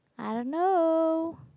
I don't know